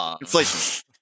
Inflation